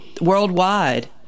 worldwide